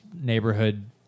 neighborhood